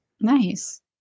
Nice